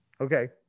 Okay